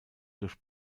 durch